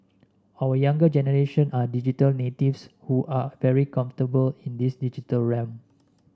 our younger generation are digital natives who are very comfortable in this digital realm